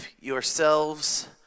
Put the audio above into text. yourselves